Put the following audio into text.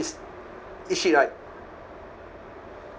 is eat shit right